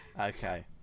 Okay